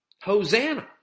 Hosanna